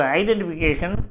identification